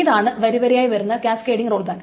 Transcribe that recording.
ഇതാണ് വരിവരിയായി വരുന്ന കാസ്കേടിങ്ങ് റോൾ ബാക്ക്